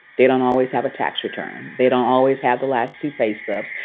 they don't always have a tax return. they don't always have the last two pay stubs.